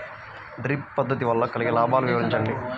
Drip పద్దతి వల్ల కలిగే లాభాలు వివరించండి?